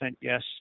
yes